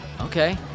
Okay